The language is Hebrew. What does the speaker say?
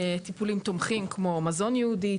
טיפולים תומכים כמו מזון ייעודי,